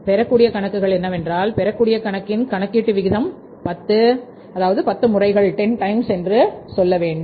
பெறக்கூடிய கணக்குகள் என்ன என்றால் பெறக்கூடிய கணக்கின் கணக்கீட்டு விகிதம் 10 இதை 10 டைம்ஸ் என்று சொல்ல வேண்டும்